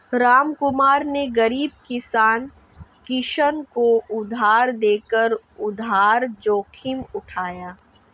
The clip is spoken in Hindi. रामकुमार ने गरीब किसान कृष्ण को उधार देकर उधार जोखिम उठाया